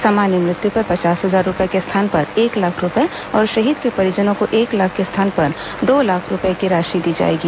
सामान्य मृत्यु पर पचास हजार रूपये के स्थान पर एक लाख रूपये और शहीद के परिजनों को एक लाख के स्थान पर दो लाख रूपये की राशि दी जाएगी